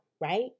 right